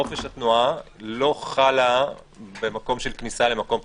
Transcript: חופש התנועה לא חלה במקום של כניסה למקום פרטי.